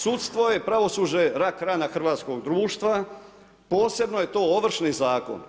Sudstvo je pravosuđe rak rana hrvatskog društva, posebno je to Ovršni zakon.